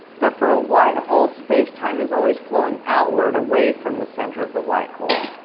but for a white hole space-time is always flowing outward, away from the centre of the white hole.